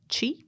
Chi